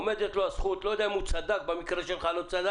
ועומדת לו הזכות לא יודע אם הוא צדק במקרה שלך או לא צדק,